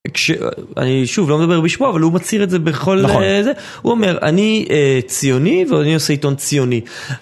אני שוב לא מדבר בשבוע, אבל הוא מצהיר את זה בכל זה, הוא אומר אני ציוני ואני עושה עיתון ציוני.